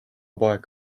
poeg